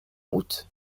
août